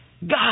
God